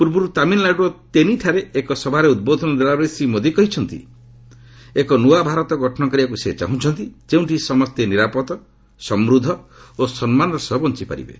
ପୂର୍ବରୁ ତାମିଲ୍ନାଡୁର ତେନିଠାରେ ଏକ ସଭାରେ ଉଦ୍ବୋଧନ ଦେଲାବେଳେ ଶ୍ରୀ ମୋଦି କହିଛନ୍ତି ଏକ ନ୍ତଆ ଭାରତ ଗଠନ କରିବାକୁ ସେ ଚାହୁଁଛନ୍ତି ଯେଉଁଠି ସମସ୍ତେ ନିରାପଦ ସମୃଦ୍ଧି ଓ ସମ୍ମାନର ସହ ବଞ୍ଚପାରିବେ